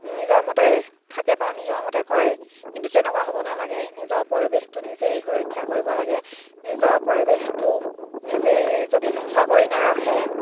নিজৰ মতে থাকে বা নিজৰ মতে কৰে কিন্তু তেনেকুৱা হ'ব নালাগে নিজৰ পৰিৱেশটো নিজেই সুৰক্ষা কৰিব লাগে নিজৰ পৰিৱেশটো নিজেই যদি চাফা কৰি নাৰাখে